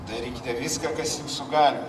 darykite viską kas jūsų galioj